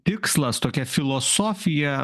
tikslas tokia filosofija